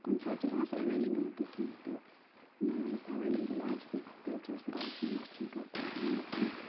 کُنہِ ساتہٕ چھنہٕ آسان ایٚولیبٕل تہِ کیٚنٛہہ تہٕ مَگَر ییٚلہِ ایٚولیبٕل آسہِ تہٕ تیٚلہِ چھِ اَسہِ راحَت مِیلان اَسہِ چھنہٕ کانٛہہ پرابلِم گَژھان